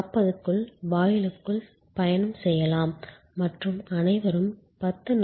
40 க்குள் வாயிலுக்குப் பயணம் செய்யலாம் மற்றும் அனைவரும் 10